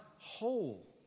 whole